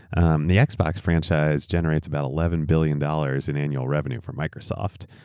and the xbox franchise generates about eleven billion dollars in annual revenue from microsoft.